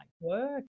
work